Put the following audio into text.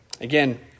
Again